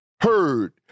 heard